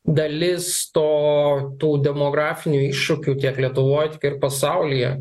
dalis to tų demografinių iššūkių kiek lietuvoj ir pasaulyje